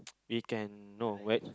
we can no wait